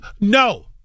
No